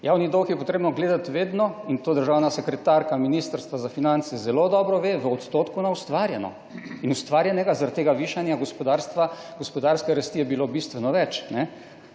Javni dolg je potrebno gledati vedno in to državna sekretarka Ministrstva za finance zelo dobro ve, v odstotku na ustvarjeno. In ustvarjenega zaradi tega višanja gospodarstva, gospodarske rasti je bilo bistveno več,